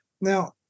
Now